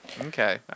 Okay